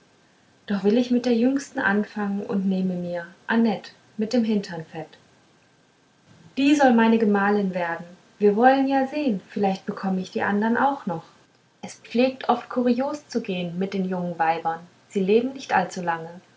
doch will ich mit der jüngsten anfangen und nehme mir annett mit dem hintern fett die soll meine gemahlin werden wir wollen ja sehen vielleicht bekomme ich die andern auch noch es pflegt oft kurios zu gehen mit den jungen weibern sie leben nicht allzulange